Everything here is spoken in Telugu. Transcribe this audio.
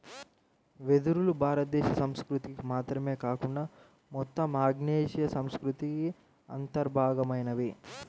వెదురులు భారతదేశ సంస్కృతికి మాత్రమే కాకుండా మొత్తం ఆగ్నేయాసియా సంస్కృతికి అంతర్భాగమైనవి